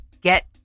get